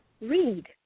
Read